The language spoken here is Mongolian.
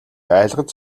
айлгаж